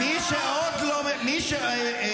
אתה לא שווה את הסוליה,